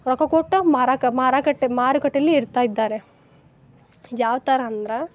ರೊಕ್ಕ ಕೊಟ್ಟು ಮಾರಾಕ್ಕ ಮಾರಾಕಟ್ ಮಾರುಕಟ್ಟೆಯಲ್ಲಿ ಇಡ್ತಾ ಇದ್ದಾರೆ ಯಾವ್ಥರ ಅಂದ್ರೆ